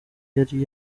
yari